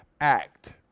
act